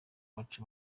baca